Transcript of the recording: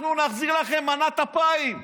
אנחנו נחזיר לכם מנה אחת אפיים,